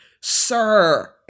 sir